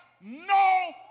no